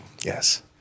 Yes